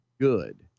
Good